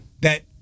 that-